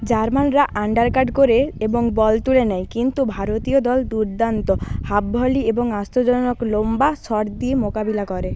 জার্মানরা undercut করে এবং ball তুলে নেয় কিন্তু ভারতীয় দল দুর্দান্ত হাফভলি এবং আশ্চর্যজনক লম্বা শট দিয়ে মোকাবিলা করে